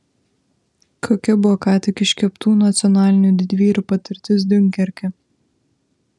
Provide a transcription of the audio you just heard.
kokia buvo ką tik iškeptų nacionalinių didvyrių patirtis diunkerke